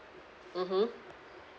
mmhmm